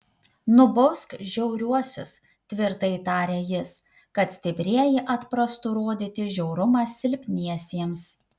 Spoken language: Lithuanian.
nubausk žiauriuosius tvirtai tarė jis kad stiprieji atprastų rodyti žiaurumą silpniesiems